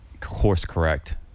course-correct